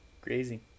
Crazy